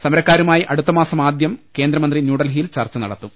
സമരക്കാരുമായി അടുത്തമാസം ആദ്യം കേന്ദ്രമന്ത്രി ന്യൂഡൽഹിയിൽ ചർച്ച നടത്തും